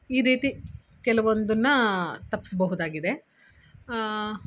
ಈ ರೀತಿ ಕೆಲವೊಂದನ್ನು ತಪ್ಪಿಸ್ಬಹುದಾಗಿದೆ